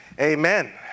amen